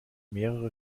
mehrere